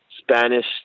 Spanish